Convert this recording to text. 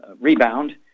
rebound